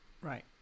Right